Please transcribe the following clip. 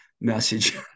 message